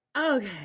Okay